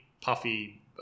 Puffy